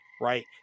right